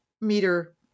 meter